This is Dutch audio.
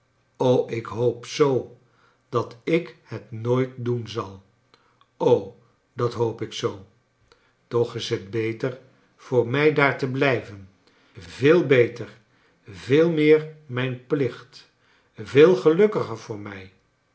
ik hoop zoo dat ik het nooit doen zal o dat hoop ik zoo toch is het beter voor mij daar te blijven veel beter veel meer mijn plicht veel gelukkiger voor mij